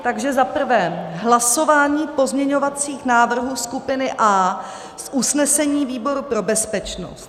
Takže za prvé hlasování pozměňovacích návrhů skupiny A z usnesení výboru pro bezpečnost.